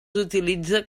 utilitza